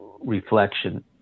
reflection